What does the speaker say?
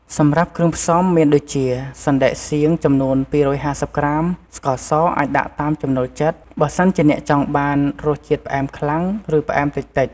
សម្រាប់គ្រឿងផ្សំមានដូចជា សណ្តែកសៀងចំនួន ២៥០ ក្រាម ស្ករសអាចដាក់តាមចំណូលចិត្ត បើសិនជាអ្នកចង់បានរសជាតិផ្អែមខ្លាំង ឬផ្អែមតិចៗ។